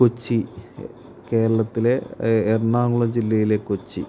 കൊച്ചി കേരളത്തിലെ എറണാകുളം ജില്ലയിലെ കൊച്ചി